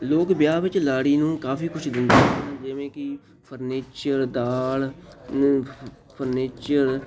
ਲੋਕ ਵਿਆਹ ਵਿੱਚ ਲਾੜੀ ਨੂੰ ਕਾਫੀ ਕੁਝ ਦਿੰਦੇ ਹਨ ਜਿਵੇਂ ਕਿ ਫਰਨੀਚਰ ਦਾਲ ਫਰਨੀਚਰ